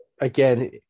again